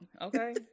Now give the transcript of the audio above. Okay